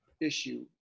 issue